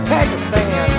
Pakistan